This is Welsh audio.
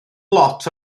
lot